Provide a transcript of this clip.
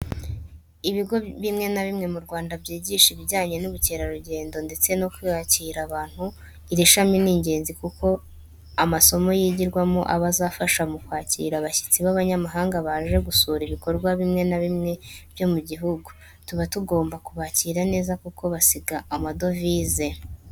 Ibigo bimwe na bimwe mu Rwanda byigisha ibijyanye n'ubukerarugendo ndetse no kwakira abantu. Iri shami ni ingenzi cyane kuko amasomo yigirwamo aba azafasha mu kwakira abashyitsi b'abanyamahanga baje gusura ibikorwa bwimwe na bimwe byo mu gihugu. Tuba tugomba kubakira neza kuko basiga amadovize.